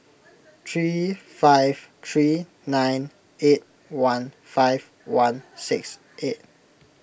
three five three nine eight one five one six eight